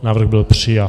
Návrh byl přijat.